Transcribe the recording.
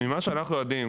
ממה שאנחנו יודעים,